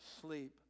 sleep